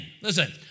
listen